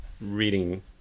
reading